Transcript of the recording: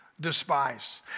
despise